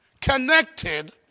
connected